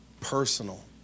personal